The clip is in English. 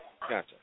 gotcha